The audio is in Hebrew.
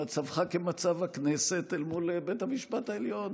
מצבך כמצב הכנסת אל מול בית המשפט העליון.